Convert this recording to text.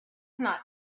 not